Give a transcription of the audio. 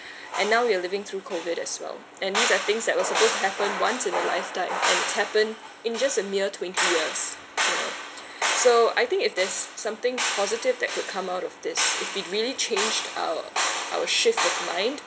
and now we're living through COVID as well and these are things that also happen once in a lifetime and it's happened in just a mere twenty years you know so I think if there's something positive that could come out of this if it really changed our our shift of mind